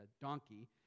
donkey